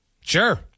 Sure